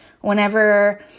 whenever